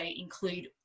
include